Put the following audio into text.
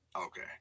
okay